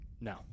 no